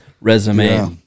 resume